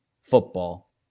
football